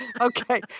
Okay